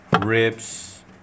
ribs